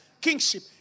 kingship